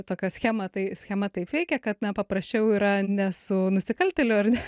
tokia schema tai schema taip veikia kad na paprasčiau yra ne su nusikaltėliu ar ne